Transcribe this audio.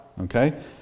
okay